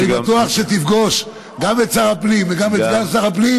אני בטוח שתפגוש גם את שר הפנים וגם את סגן שר הפנים